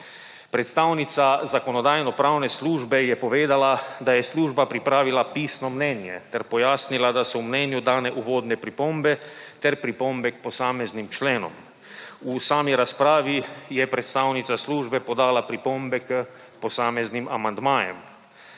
Predstavnica Zakonodajno-pravne službe je povedala, da je služba pripravila pisno mnenje, ter pojasnila, da so v mnenju dane uvodne pripombe ter pripombe k posameznim členom. V sami razpravi je predstavnica službe podala pripombe k posameznim amandmajem.